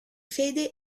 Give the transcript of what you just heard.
fede